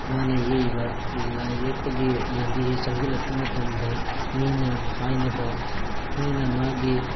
ꯃꯥꯅ ꯌꯦꯛꯏꯕ ꯂꯥꯏ ꯌꯦꯛꯄꯒꯤ ꯂꯝꯕꯤꯁꯤ ꯆꯪꯖꯤꯜꯂꯛꯄ ꯃꯇꯝꯗ ꯃꯤꯅ ꯍꯥꯏꯅꯕ ꯃꯤꯅ ꯃꯥꯒꯤ